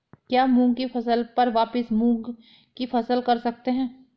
क्या मूंग की फसल पर वापिस मूंग की फसल कर सकते हैं?